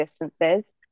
distances